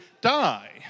die